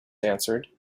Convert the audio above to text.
answered